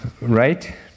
right